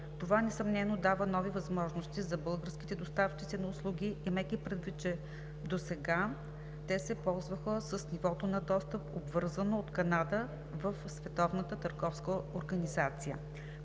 Това несъмнено дава нови възможности за българските доставчици на услуги, имайки предвид, че досега те се ползваха с нивото на достъп, обвързано от Канада в